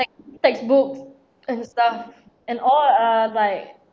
tex~ textbooks and stuff and all are like